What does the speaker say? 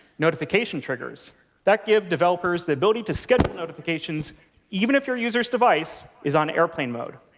notification triggers that give developers the ability to schedule notifications even if your user's device is on airplane mode.